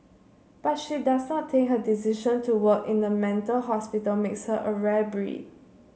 but she does not think her decision to work in the mental hospital makes her a rare breed